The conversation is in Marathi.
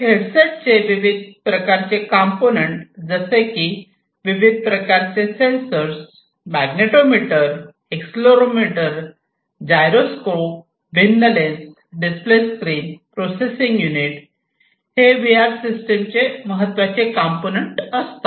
हेडसेटचे विविध प्रकारचे कंपोनेंट जसे की विविध प्रकारचे सेन्सर्स मॅग्नेटोमीटर एक्सेलेरोमीटर जायरोस्कोप भिन्न lens display screen processing unit हे व्ही आर सिस्टम चे महत्त्वाचे कंपोनेंट असतात